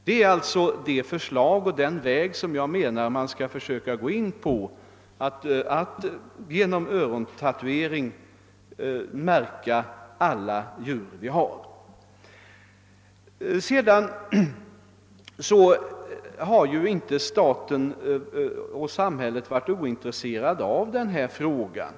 Detta att med örontatuering märka alla djur är enligt min mening den bästa metoden. Statsmakterna har inte varit ointresserade av den fråga vi diskuterar.